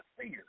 fear